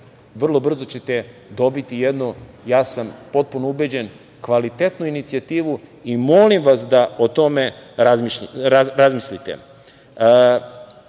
vrlo brzo ćete dobiti, ja sam potpuno ubeđen, kvalitetnu inicijativu i molim vas da o tome